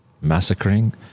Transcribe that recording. massacring